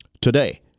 today